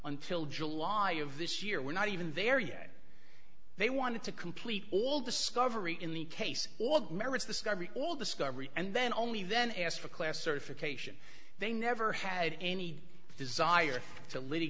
until july of this year we're not even there yet they wanted to complete all discovery in the case all the merits discovery all discovery and then only then asked for class certification they never had any desire to l